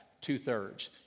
two-thirds